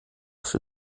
für